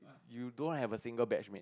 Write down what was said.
you don't have a single batch mate